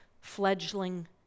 fledgling